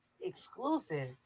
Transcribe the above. exclusive